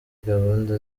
gahunda